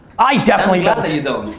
i definitely don't.